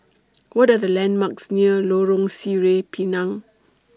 What Are The landmarks near Lorong Sireh Pinang